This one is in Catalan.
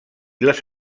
les